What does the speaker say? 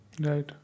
right